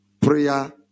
prayer